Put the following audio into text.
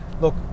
look